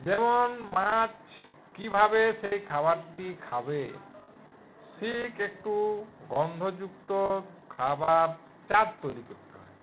যেমন মাছ কীভাবে সেই খাবারটি খাবে সিক একটু গন্ধ যুক্ত খাবার চার তৈরি করতে হয়